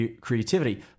creativity